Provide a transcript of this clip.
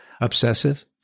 obsessive